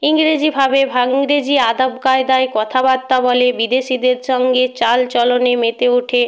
ইংরেজিভাবে ভা ইংরেজি আদবকায়দায় কথাবার্তা বলে বিদেশিদের সঙ্গে চাল চলনে মেতে ওঠে